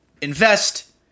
invest